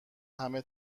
همه